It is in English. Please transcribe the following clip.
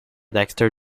dexter